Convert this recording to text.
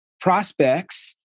prospects